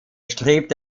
strebte